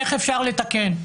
איך אפשר לתקן,